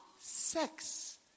sex